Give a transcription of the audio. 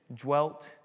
dwelt